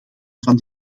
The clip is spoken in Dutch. van